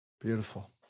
Beautiful